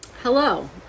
Hello